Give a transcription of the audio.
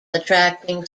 attracting